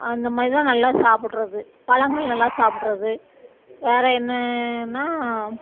அந்த மாதிரிதான் நல்லா சாப்பிட்றது பழங்கள் நல்லா சாப்பிட்றது வேறு என்னன்னால்